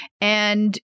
And-